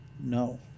No